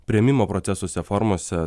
priėmimo procesuose formose